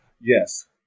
yes